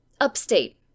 upstate